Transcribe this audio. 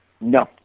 no